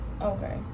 Okay